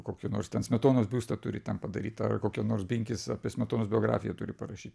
kokį nors ten smetonos biustą turi ten padarytą ar kokią nors binkis apie smetonos biografiją turi parašyt